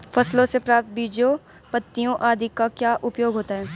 फसलों से प्राप्त बीजों पत्तियों आदि का क्या उपयोग होता है?